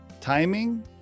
timing